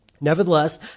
Nevertheless